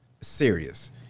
serious